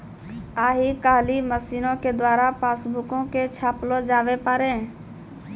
आइ काल्हि मशीनो के द्वारा पासबुको के छापलो जावै पारै